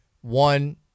One